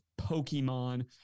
Pokemon